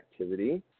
activity